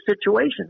situation